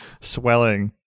swelling